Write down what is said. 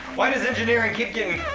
why does engineering keep getting